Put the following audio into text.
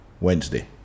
Wednesday